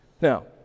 Now